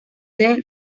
del